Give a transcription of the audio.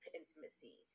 intimacy